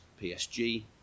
PSG